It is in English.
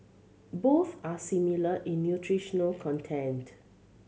both are similar in nutritional content